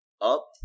up